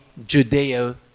judeo